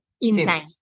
Insane